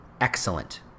excellent